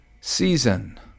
season